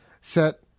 set